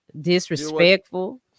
disrespectful